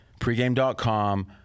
pregame.com